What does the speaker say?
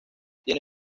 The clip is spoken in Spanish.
tiene